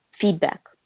feedback